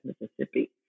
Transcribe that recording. Mississippi